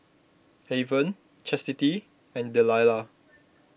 Haven Chasity and Delilah